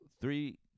three